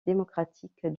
démocratique